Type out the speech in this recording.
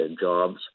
jobs